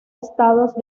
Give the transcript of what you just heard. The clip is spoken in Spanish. estados